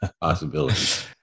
possibilities